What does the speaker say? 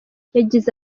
yagize